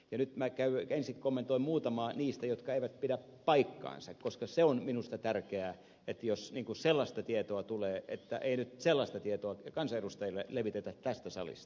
nyt minä ensin kommentoin muutamaa niistä jotka eivät pidä paikkaansa koska se on minusta tärkeää että jos sellaista tietoa tulee niin ei nyt sellaista tietoa kansanedustajille levitetä tästä salista